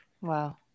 Wow